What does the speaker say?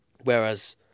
whereas